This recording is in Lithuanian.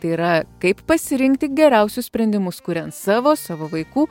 tai yra kaip pasirinkti geriausius sprendimus kuriant savo savo vaikų